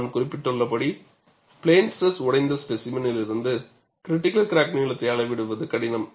நான் குறிப்பிட்டுள்ளபடி பிளேன் ஸ்ட்ரெஸில் உடைந்த ஸ்பேசிமென்யிலிருந்து கிரிடிக்கல் கிராக் நீளத்தை அளவிடுவது கடினம்